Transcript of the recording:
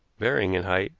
varying in height,